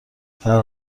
فرق